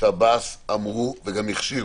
שב"ס אמרו וגם הכשירו.